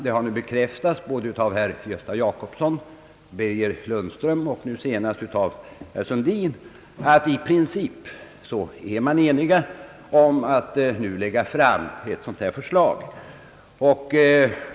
Det har bekräftats av herr Gösta Jacobsson, herr Birger Lundström och senast av herr Sundin, att i princip är vi eniga om att nu lägga fram ett sådant här förslag.